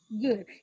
Good